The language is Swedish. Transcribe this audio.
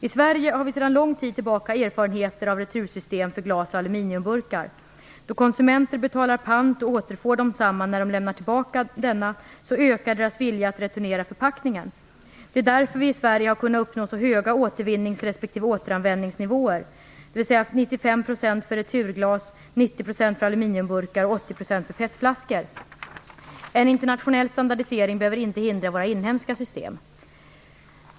I Sverige har vi sedan lång tid tillbaka erfarenheter av retursystem för glas och aluminiumburkar. Då konsumenter betalar pant och återfår densamma när de lämnar tillbaka denna, ökar deras vilja att returnera förpackningen. Det är därför som vi i Sverige har kunnat uppnå så höga återvinnings respektive återanvändningsnivåer, dvs. ca 95 % för returglas, 90 % för aluminiumburkar och 80 % för PET-flaskor. En internationell standardisering behöver inte hindra våra inhemska system.